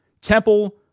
Temple